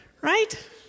right